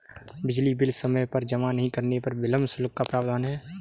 बिजली बिल समय पर जमा नहीं करने पर विलम्ब शुल्क का प्रावधान है